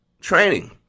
training